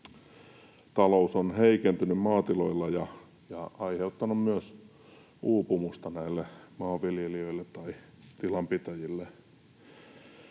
talous on heikentynyt maatiloilla ja aiheuttanut myös uupumusta näille maanviljelijöille tai tilanpitäjille.